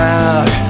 out